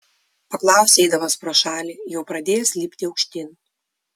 paklausė eidamas pro šalį jau pradėjęs lipti aukštyn